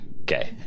Okay